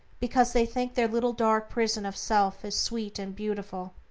because they think their little dark prison of self is sweet and beautiful,